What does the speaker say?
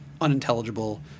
unintelligible